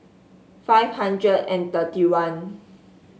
five hundred and thirty one